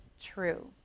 true